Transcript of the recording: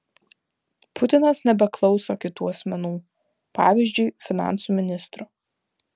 putinas nebeklauso kitų asmenų pavyzdžiui finansų ministro